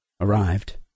arrived